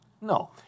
No